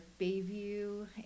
Bayview